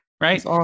right